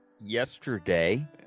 yesterday